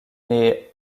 née